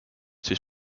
siis